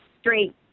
straight